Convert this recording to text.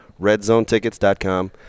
redzonetickets.com